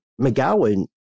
McGowan